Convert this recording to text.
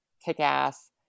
Kick-Ass